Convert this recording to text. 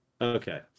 Okay